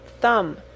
thumb